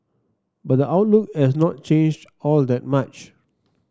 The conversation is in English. but the outlook has not changed all that much